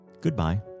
goodbye